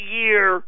year